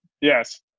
Yes